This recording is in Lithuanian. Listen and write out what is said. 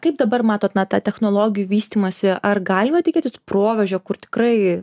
kaip dabar matot na tą technologijų vystymąsi ar galima tikėtis proveržio kur tikrai